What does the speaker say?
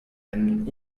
einen